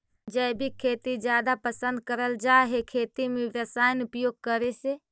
जैविक खेती जादा पसंद करल जा हे खेती में रसायन उपयोग करे से